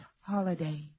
holiday